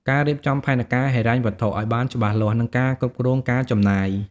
ការរៀបចំផែនការហិរញ្ញវត្ថុ ឲ្យបានច្បាស់លាស់ និងការគ្រប់គ្រងការចំណាយ។